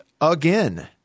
again